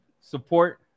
support